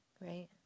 Right